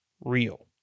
real